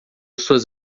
suas